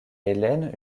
hélène